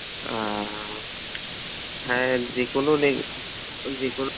হ্যাঁ যে কোনো নেই যে কোনো